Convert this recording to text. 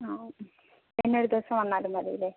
ആ ഓ ഉം പിന്നെ ഒരു ദിവസം വന്നാലും മതി ഇല്ലേ